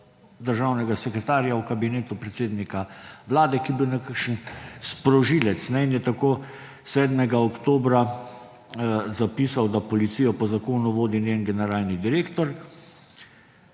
državnega sekretarja v Kabinetu predsednika Vlade, ki je bil nekakšen sprožilec in je tako 7. oktobra zapisal, da »policijo po zakonu vodi njen generalni direktor,